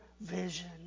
vision